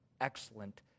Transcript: excellent